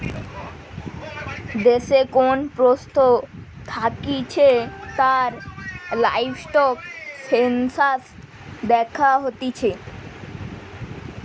দেশে কোন পশু থাকতিছে তার লাইভস্টক সেনসাস দ্যাখা হতিছে